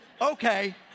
Okay